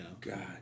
God